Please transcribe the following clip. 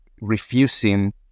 refusing